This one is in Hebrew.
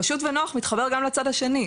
פשוט ונוח מתחבר גם לצד השני.